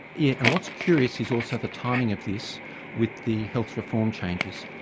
yeah and what's curious is also the timing of this with the health reform changes.